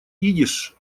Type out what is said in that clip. идиш